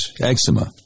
Eczema